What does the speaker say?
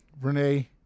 Renee